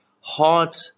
hot